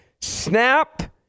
Snap